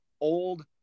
old